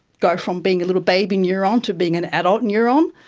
go from being little baby neuron to being an adult neuron.